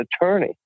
attorney